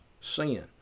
sin